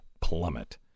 plummet